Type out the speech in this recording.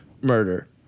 murder